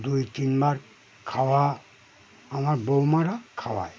দুই তিনবার খাওয়া আমার বৌমারা খাওয়ায়